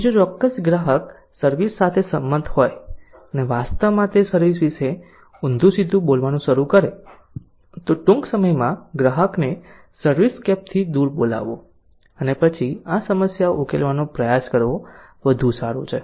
તેથી જો ચોક્કસ ગ્રાહક સર્વિસ સાથે સંમત હોય અને વાસ્તવમાં તે સર્વિસ વિશે ઊંધું સીધું બોલવાનું શરૂ કરે તો ટૂંક સમયમાં ગ્રાહકને સર્વિસસ્કેપથી દૂર બોલાવવું અને પછી આ સમસ્યાઓ ઉકેલવાનો પ્રયાસ કરવો વધુ સારું છે